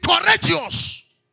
courageous